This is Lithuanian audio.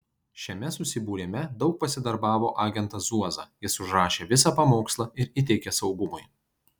šiame susibūrime daug pasidarbavo agentas zuoza jis užrašė visą pamokslą ir įteikė saugumui